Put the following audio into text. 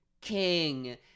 king